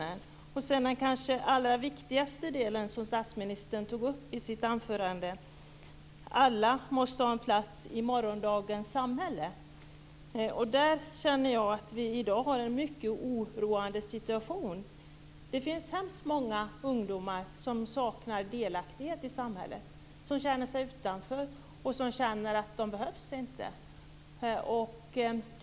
Så till det kanske allra viktigaste av det statsministern tog upp i sitt anförande: Alla måste ha en plats i morgondagens samhälle. Där känner jag att vi i dag har en mycket oroande situation. Det finns många ungdomar som saknar delaktighet i samhället, som känner sig utanför och som känner att de inte behövs.